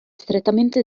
strettamente